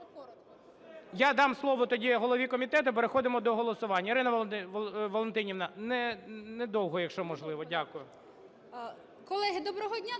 Я дам слово тоді голові комітету, переходимо до голосування.